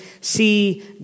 see